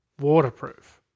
Waterproof